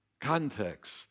Context